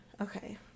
Okay